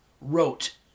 wrote